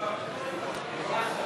התוצאות: בעד סעיף